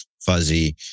fuzzy